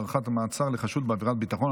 (הארכת מעצר לחשוד בעבירת ביטחון),